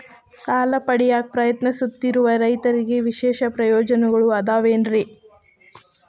ಸಾಲ ಪಡೆಯಾಕ್ ಪ್ರಯತ್ನಿಸುತ್ತಿರುವ ರೈತರಿಗೆ ವಿಶೇಷ ಪ್ರಯೋಜನಗಳು ಅದಾವೇನ್ರಿ?